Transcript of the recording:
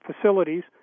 facilities